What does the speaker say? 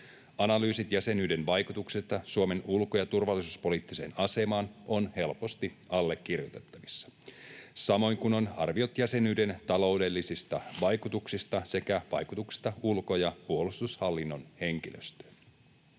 Analyysit jäsenyyden vaikutuksesta Suomen ulko- ja turvallisuuspoliittiseen asemaan ovat helposti allekirjoitettavissa, samoin kuin ovat arviot jäsenyyden taloudellisista vaikutuksista sekä vaikutuksesta ulko- ja puolustushallinnon henkilöstöön.